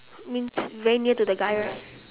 means very near to the guy right